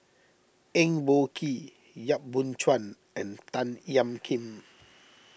Eng Boh Kee Yap Boon Chuan and Tan Ean Kiam